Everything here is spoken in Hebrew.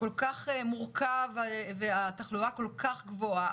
מורכב והתחלואה כל כך גבוהה,